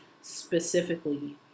specifically